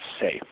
safe